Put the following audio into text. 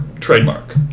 Trademark